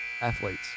athletes